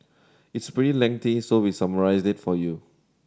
it's pretty lengthy so we summarised it for you